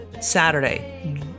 Saturday